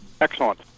Excellent